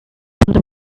wonder